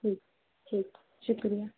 ٹھیک ٹھیک شکریہ